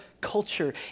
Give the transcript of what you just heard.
culture